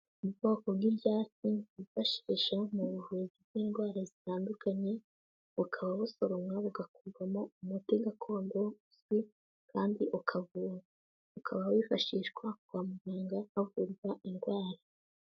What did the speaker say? Ubwoko bw'ibyatsi bifashisha mu buvuzi bw'indwara zitandukanye, bukaba busoromwa bugakurwamo umuti gakondo uzwi kandi ukavura. Ukaba wifashishwa kwa muganga havurwa indwara.